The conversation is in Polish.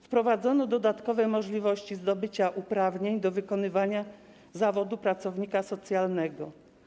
Wprowadzono dodatkowe możliwości zdobycia uprawnień do wykonywania zawodu pracownika socjalnego.